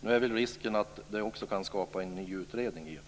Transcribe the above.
Nu är väl risken att det också kan skapa en ny utredning.